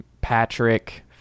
Patrick